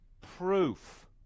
proof